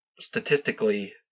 statistically